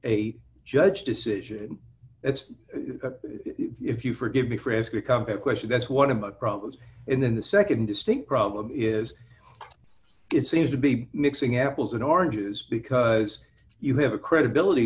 a judge decision that's if you forgive me for asking a company question that's one of my problems and then the nd distinct problem is it seems to be mixing apples and oranges because you have a credibility